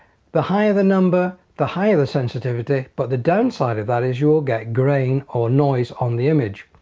the higher the number the higher the sensitivity but the downside of that is you'll get grain or noise on the image.